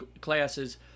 classes